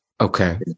Okay